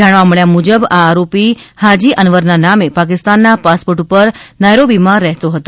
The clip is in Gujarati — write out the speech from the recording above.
જાણવા મળ્યા મુજબ આ આરોપી હાજી અનવરના નામે પાકિસ્તાનના પાસપોર્ટ ઉપર નાઇરોબીમાં રહેતો હતો